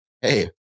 hey